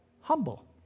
humble